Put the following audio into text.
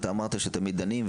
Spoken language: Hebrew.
אמרת שדנים.